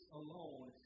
alone